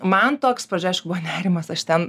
man toks pradžioj aišku buvo nerimas aš ten